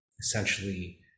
Essentially